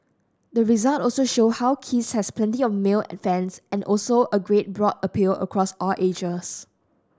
the results also show how Kiss has plenty of male fans and also a great broad appeal across all ages